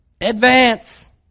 Advance